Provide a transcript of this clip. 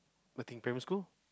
what thing primary school